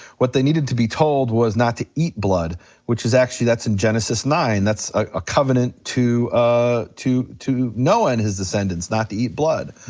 what they needed to be told was not to eat blood which is actually, that's in genesis nine, that's a covenant to ah to noah and his descendants not to eat blood.